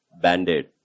band-aid